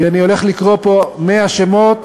כי אני הולך לקרוא פה 100 שמות,